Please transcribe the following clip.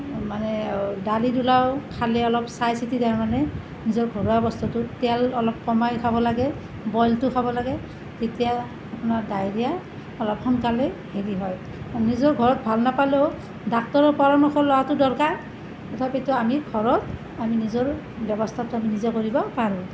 মানে দালি দোলাও খালে অলপ চাই চিতি তাৰমানে নিজৰ ঘৰুৱা বস্তুটো তেল অলপ কমাই খাব লাগে বইলটো খাব লাগে তেতিয়া আপোনাৰ ডায়েৰিয়া অলপ সোনকালে হেৰি হয় নিজৰ ঘৰত ভাল নাপালেও ডাক্টৰৰ পৰামৰ্শ লোৱাটো দৰকাৰ তথাপিতো আমি ঘৰত আমি নিজৰ ব্যৱস্থাটো আমি নিজেই কৰিব পাৰোঁ